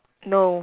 no